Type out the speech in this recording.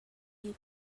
you